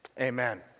Amen